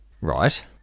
Right